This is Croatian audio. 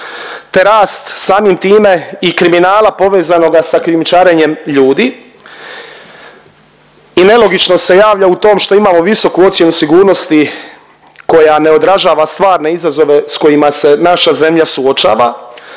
te rast samim time i kriminala povezanoga sa krijumčarenjem ljudi i nelogičnost se javlja u tom što imamo visoku ocjenu sigurnosti koja ne odražava stvarne izazove s kojima se naša zemlja suočava,